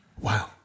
Wow